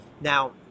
Now